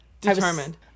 determined